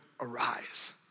Arise